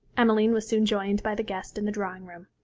emmeline was soon joined by the guest in the drawing-room.